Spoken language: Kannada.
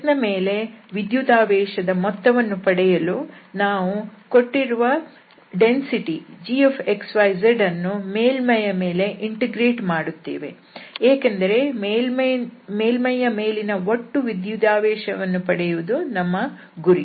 S ನ ಮೇಲೆ ವಿದ್ಯುದಾವೇಶದ ಮೊತ್ತವನ್ನು ಪಡೆಯಲು ನಾವು ದತ್ತ ಸಾಂದ್ರತೆ gx y z ಅನ್ನು ಮೇಲ್ಮೈಯ ಮೇಲೆ ಇಂಟಿಗ್ರೇಟ್ ಮಾಡುತ್ತೇವೆ ಏಕೆಂದರೆ ಮೇಲ್ಮೈಯ ಮೇಲಿನ ಒಟ್ಟು ವಿದ್ಯುದಾವೇಶವನ್ನು ಪಡೆಯುವುದು ನಮ್ಮ ಗುರಿ